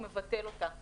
הוא מבטל אותה.